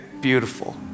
beautiful